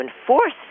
enforce